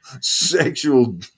sexual